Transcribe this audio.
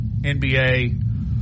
NBA